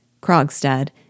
Krogstad